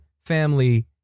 family